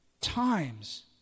times